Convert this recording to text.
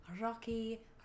Rocky